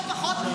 לא פחות,